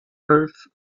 earth